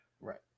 Right